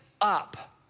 up